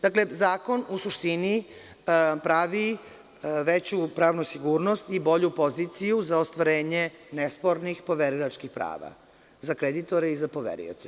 Dakle, zakon u suštini pravi veću pravnu sigurnost i bolju poziciju za ostvarenje nespornih poverilačkih prava, za kreditore i za poverioce.